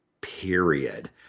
period